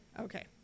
Okay